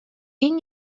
این